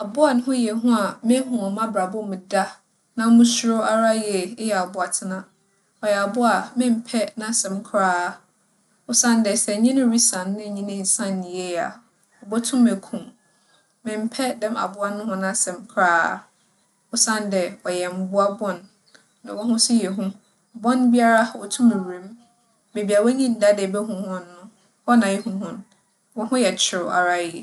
Abowa a no ho yɛ hu a mehu wͻ m'abrabͻ mu da na musuro ara yie eyɛ abowatsena. ͻyɛ abowa a memmpɛ n'asɛm koraa osiandɛ sɛ enye no risian na enye no ennsian yie a, obotum eku wo. Memmpɛ dɛm abowa no hͻn asɛm koraa osiandɛ wͻyɛ mbowa bͻn na hͻnho so yɛ hu. Bͻn biara, wotum wura mu. Beebi a w'enyi nnda dɛ ibohu hͻn no, hͻ na ihu hͻn. Hͻnho yɛ tserew ara yie.